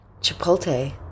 Chipotle